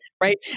right